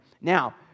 Now